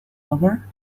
over